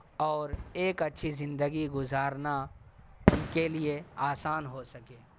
اور ایک اچھی زندگی گزارنا ان کے لیے آسان ہو سکے